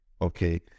Okay